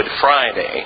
Friday